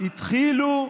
התחילו,